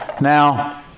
now